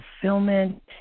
fulfillment